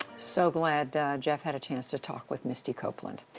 so glad jeff had a chance to talk with misty copeland.